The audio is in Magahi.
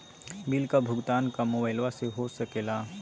बिल का भुगतान का मोबाइलवा से हो सके ला?